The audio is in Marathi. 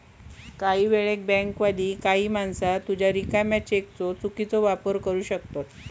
काही वेळेक बँकवाली काही माणसा तुझ्या रिकाम्या चेकचो चुकीचो वापर करू शकतत